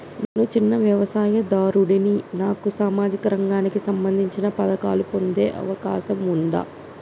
నేను చిన్న వ్యవసాయదారుడిని నాకు సామాజిక రంగానికి సంబంధించిన పథకాలు పొందే అవకాశం ఉందా?